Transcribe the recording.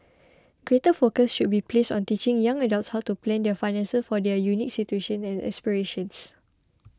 greater focus should be placed on teaching young adults how to plan their finances for their unique situations and aspirations